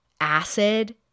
acid